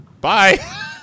Bye